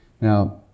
Now